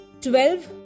twelve